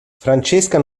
francesca